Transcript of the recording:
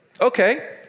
Okay